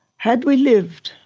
had we lived,